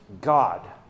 God